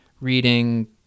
reading